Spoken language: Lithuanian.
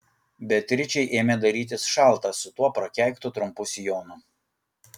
beatričei ėmė darytis šalta su tuo prakeiktu trumpu sijonu